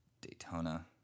Daytona